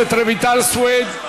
חברת הכנסת רויטל סויד: